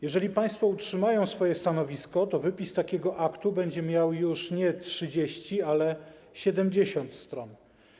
Jeżeli państwo utrzymają swoje stanowisko, to wypis z takiego aktu będzie miał już nie 30, ale 70 stron.